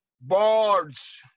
bards